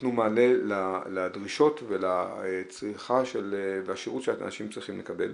שיתנו מענה לדרישות ולצריכה והשירות שאנשים צריכים לקבל.